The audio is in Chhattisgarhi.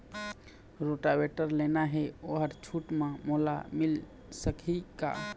रोटावेटर लेना हे ओहर छूट म मोला मिल सकही का?